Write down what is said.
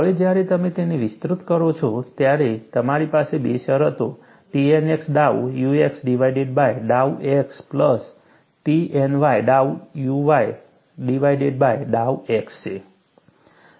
હવે જ્યારે તમે તેને વિસ્તૃત કરો છો ત્યારે મારી પાસે બે શરતો Tnx ડાઉ ux ડિવાઇડેડ બાય ડાઉ x પ્લસ Tny ડાઉ uy ડિવાઇડેડ બાય ડાઉ x છે